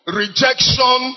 rejection